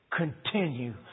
continue